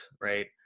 right